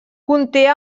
conté